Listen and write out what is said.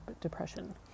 depression